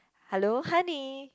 hello honey